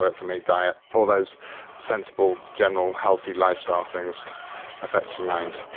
but for me, diet, all those sensible general healthy lifestyle things affect your mind.